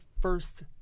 first